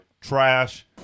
trash